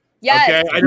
Yes